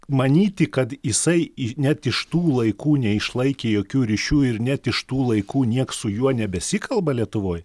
manyti kad jisai net iš tų laikų neišlaikė jokių ryšių ir net iš tų laikų nieks su juo nebesikalba lietuvoj